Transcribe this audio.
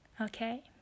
okay